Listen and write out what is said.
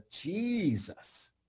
jesus